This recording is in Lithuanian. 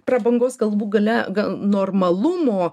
prabangos galų gale gal normalumo